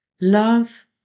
Love